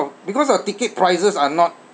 because our ticket prices are not